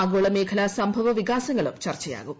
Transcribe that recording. ആഗോള മേഖലാ സംഭവ വികാസങ്ങളും ചർച്ചയാകും